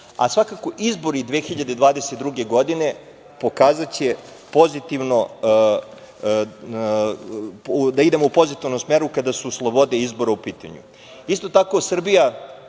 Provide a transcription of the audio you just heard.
Svakako, izbori 2022. godine pokazaće da idemo u pozitivnom smeru kada su slobode izbora u pitanju. Isto tako, Srbija